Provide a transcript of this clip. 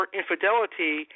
infidelity